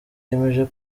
yemeje